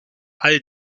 all